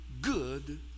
good